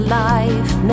life